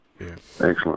Excellent